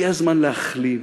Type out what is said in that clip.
הגיע הזמן להחלים.